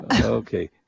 Okay